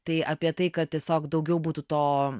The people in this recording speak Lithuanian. tai apie tai kad tiesiog daugiau būtų to